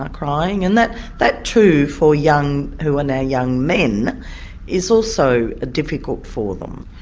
ah crying, and that that too, for young who are now young men is also difficult for them.